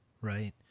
Right